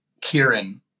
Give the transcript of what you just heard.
Kieran